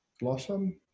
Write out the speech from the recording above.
blossom